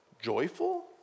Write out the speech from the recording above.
Joyful